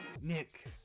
Nick